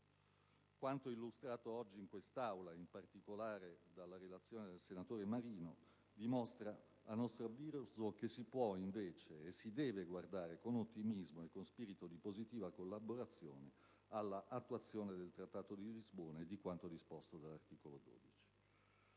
Quanto illustrato oggi in quest'Aula, in particolare dalla relazione del senatore Mauro Maria Marino, dimostra a nostro avviso che invece si può e si deve guardare con ottimismo e con spirito di positiva collaborazione all'attuazione del Trattato di Lisbona e di quanto disposto dall'articolo 12.